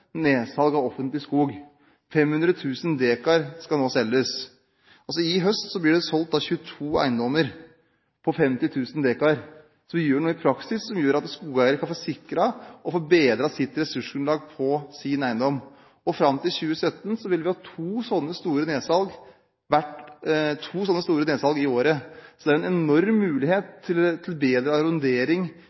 nedsalg av offentlig skog. 500 000 dekar skal nå selges. I høst blir det solgt 22 eiendommer på 50 000 dekar. Så vi gjør noe i praksis, som gjør at skogeiere kan få sikret og få bedret ressursgrunnlaget på sin eiendom. Fram til 2017 vil vi ha to slike store nedsalg i året. Det store nedsalget vi nå gjør, er en enorm mulighet til bedre arrondering